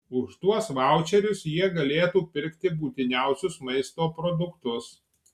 už tuos vaučerius jie galėtų pirkti būtiniausius maisto produktus